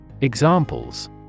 Examples